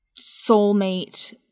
soulmate